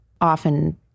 often